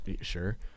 Sure